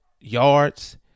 yards